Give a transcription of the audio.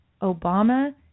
Obama